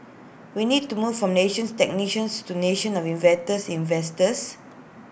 we need to move from nations technicians to nation of inventors investors